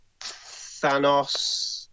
Thanos